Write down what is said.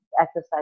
exercise